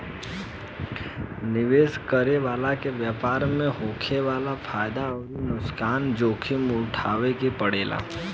निवेश करे वाला के व्यापार में होखे वाला फायदा अउरी नुकसान के जोखिम उठावे के पड़ेला